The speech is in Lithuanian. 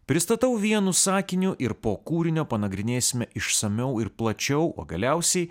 pristatau vienu sakiniu ir po kūrinio panagrinėsime išsamiau ir plačiau o galiausiai